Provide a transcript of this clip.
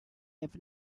have